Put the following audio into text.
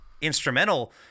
instrumental